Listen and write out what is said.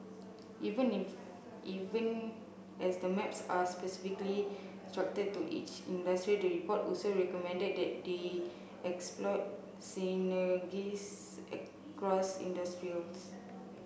even if even as the maps are specifically structured to each industry the report also recommended that they exploit synergies across industries